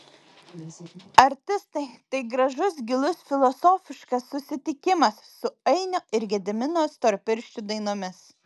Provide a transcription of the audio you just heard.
artistai tai gražus gilus filosofiškas susitikimas su ainio ir gedimino storpirščių dainomis